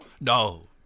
no